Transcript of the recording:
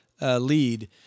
lead